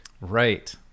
Right